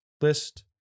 list